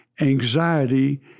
anxiety